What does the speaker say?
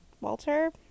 Walter